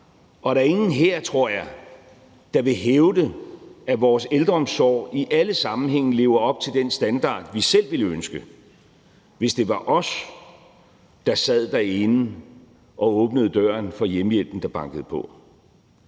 Og der er ingen her, tror jeg, der vil hævde, at vores ældreomsorg i alle sammenhænge lever op til den standard, vi selv ville ønske, hvis det var os, der sad derinde og åbnede døren for hjemmehjælpen, der bankede på.